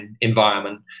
environment